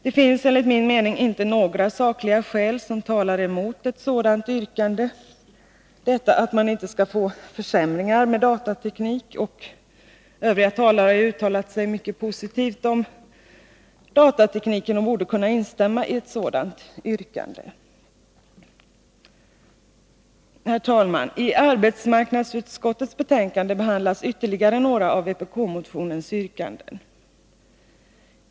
Det finns enligt min mening inte några sakliga skäl som talar emot ett yrkande om att de anställda inte skall drabbas av försämringar som en följd av datateknikens utnyttjande. Övriga talare har uttalat sig mycket positivt om datatekniken och borde kunna instämma i ett sådant yrkande. Herr talman! I arbetsmarknadsutskottets betänkande behandlas ytterligare några av vpk-motionens yrkanden.